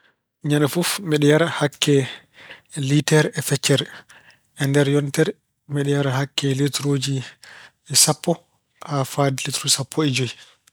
Ñande fof mbeɗa yara hakke liiter e feccere. E nder yontere, mbeɗa yara hara hakke liitiruuji sappo haa fayde liituruuji sappo e joyi.